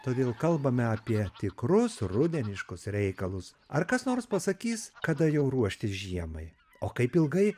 todėl kalbame apie tikrus rudeniškus reikalus ar kas nors pasakys kada jau ruoštis žiemai o kaip ilgai